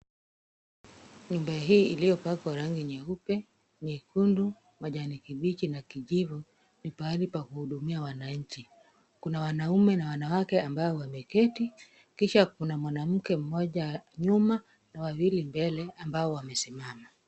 Nyumba hii iliyopakwa rangi nyeupe, nyekundu, majani kibichi na kijivu, ni pahali pa kuhudumia wananchi. Kuna wanaume na wanawake ambao wameketi kisha kuna mwanamke mmoja nyuma na wawili mbele ambao wamesimama.